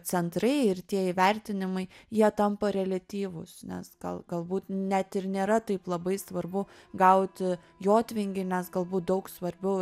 centrai ir tie įvertinimai jie tampa reliatyvūs nes gal galbūt net ir nėra taip labai svarbu gauti jotvingį nes galbūt daug svarbiau